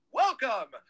welcome